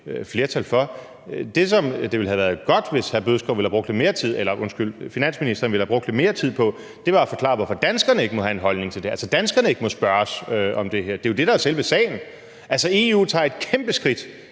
flertal for. Det ville have været godt, hvis den fungerende finansminister havde brugt lidt mere tid på at forklare, hvorfor danskerne ikke må have en holdning til det, altså hvorfor danskerne ikke må spørges om det her. Det er jo det, der er selve sagen. EU tager et kæmpeskridt